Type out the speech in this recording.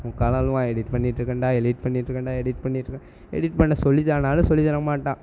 மூக்கால் அழுவான் எடிட் பண்ணிட்டு இருக்கேன்டா எடிட் பண்ணிட்டு இருக்கேன்டா எடிட் பண்ணிட்டு இருக்கேன் எடிட் பண்ண சொல்லித்தான்னாலும் சொல்லித் தரமாட்டான்